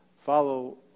follow